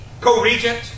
co-regent